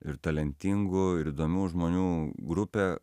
ir talentingų ir įdomių žmonių grupė